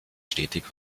stetig